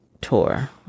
tour